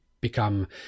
become